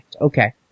Okay